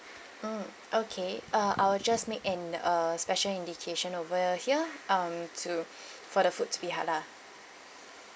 mm okay uh I will just make an uh special indication over here um to for the food to be halal